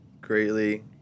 Greatly